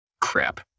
crap